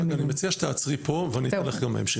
אני מציע שתעצרי פה ואתן לך בהמשך.